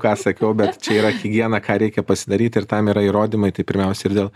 ką sakiau bet čia yra higiena ką reikia pasidaryt ir tam yra įrodymai tai pirmiausia ir dėl